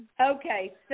Okay